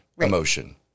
emotion